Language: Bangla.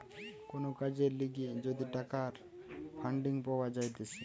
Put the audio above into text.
কোন কাজের লিগে যদি টাকার ফান্ডিং পাওয়া যাইতেছে